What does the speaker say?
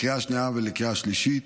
לקריאה שנייה ולקריאה שלישית.